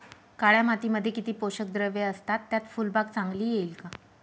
काळ्या मातीमध्ये किती पोषक द्रव्ये असतात, त्यात फुलबाग चांगली येईल का?